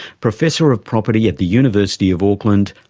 professor of property at the university of auckland,